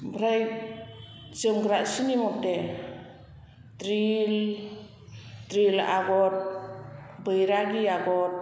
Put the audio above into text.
ओमफ्राय जोमग्रा सिनि मथे द्रिल द्रिल आगर बैरागि आगर